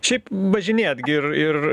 šiaip važinėjat gi ir ir